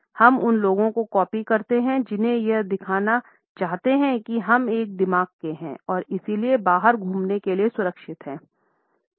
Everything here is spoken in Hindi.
हम उन लोगों को कॉपी करते हैं जिन्हें यह दिखाना चाहते हैं कि हम एक दिमाग के हैं और इसलिए बाहर घूमने के लिए सुरक्षित हैं